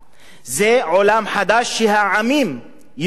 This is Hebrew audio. זה עולם חדש שהעמים יבנו אותו.